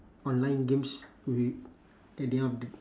online games wi~ at the end of th~